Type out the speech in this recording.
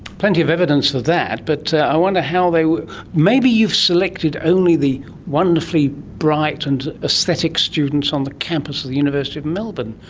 plenty of evidence of that, but i wonder how, maybe you've selected only the wonderfully bright and aesthetic students on the campus of the university of melbourne.